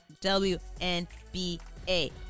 WNBA